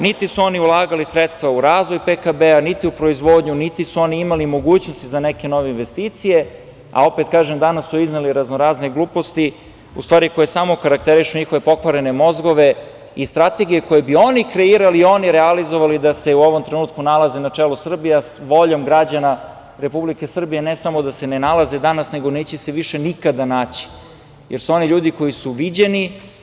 Niti su oni ulagali sredstva u razvoj PKB-a, niti u proizvodnju, niti su oni imali mogućnosti za neke nove investicije, a opet kažem, danas su izneli razno-razne gluposti, u stvari koje samo karakterišu njihove pokvarene mozgove i strategije koje bi oni kreirali i oni realizovali da se u ovom trenutku nalaze na čelu Srbije, a voljom građana Republike Srbije ne da se ne nalaze danas, nego neće se više nikada naći, jer su oni ljudi koji su viđeni.